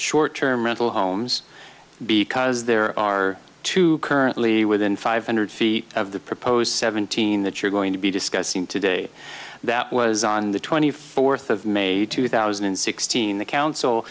short term rental homes because there are two currently within five hundred feet of the proposed seventeen that you're going to be discussing today that was on the twenty fourth of may two thousand and sixteen the council